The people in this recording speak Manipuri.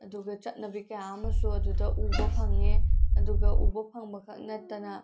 ꯑꯗꯨꯒ ꯆꯠꯅꯕꯤ ꯀꯌꯥ ꯑꯃꯁꯨ ꯑꯗꯨꯗ ꯎꯕ ꯐꯪꯉꯦ ꯑꯗꯨꯒ ꯎꯕ ꯐꯪꯕꯈꯛ ꯅꯠꯇꯅ